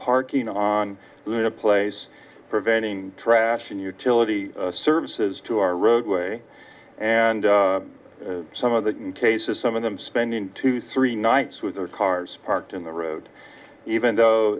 parking on the place preventing trash in utility services to our roadway and some of the cases some of them spending two three nights with their cars parked in the road even though